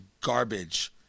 garbage